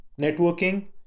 networking